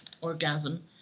orgasm